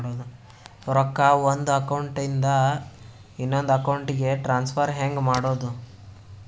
ರೊಕ್ಕ ಒಂದು ಅಕೌಂಟ್ ಇಂದ ಇನ್ನೊಂದು ಅಕೌಂಟಿಗೆ ಟ್ರಾನ್ಸ್ಫರ್ ಹೆಂಗ್ ಮಾಡೋದು?